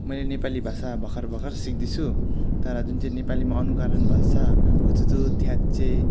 मैले नेपाली भाषा भर्खरभर्खर सिक्दैछु तर जुन चाहिँ नेपालीमा अनुकारण बल्स हुतुतु थ्याच्चै